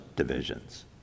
divisions